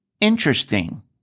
Interesting